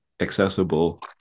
accessible